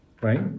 Right